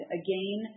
again